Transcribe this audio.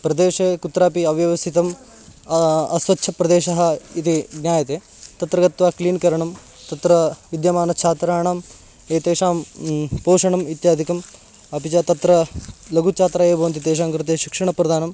प्रदेशे कुत्रापि अव्यवस्थितम् अस्वच्छप्रदेशः इति ज्ञायते तत्र गत्वा क्लीन् करणं तत्र विद्यमानछात्राणाम् एतेषां पोषणम् इत्यादिकम् अपि च तत्र लघुछात्राः ये भवन्ति तेषाङ्कृते शिक्षणप्रदानं